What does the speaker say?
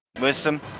Wisdom